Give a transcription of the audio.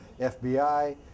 fbi